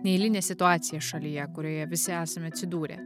neeilinę situaciją šalyje kurioje visi esame atsidūrę